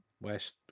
West